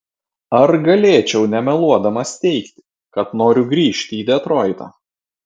ar galėčiau nemeluodamas teigti kad noriu grįžti į detroitą